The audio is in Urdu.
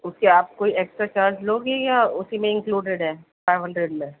اس کے آپ کوئی ایکسٹرا چارج لوگے یا اسی میں انکلوڈیڈ ہے فائیو ہنڈریڈ میں